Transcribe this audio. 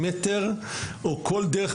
"מילואימטר" או כל דרך אחרת,